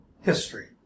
History